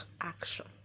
action